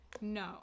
No